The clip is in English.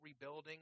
rebuilding